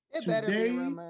today